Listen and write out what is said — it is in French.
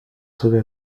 sauver